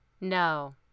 No